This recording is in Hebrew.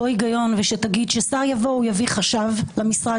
היגיון ושתגיד שכאשר שר יבוא הוא יביא איתו חשב למשרד,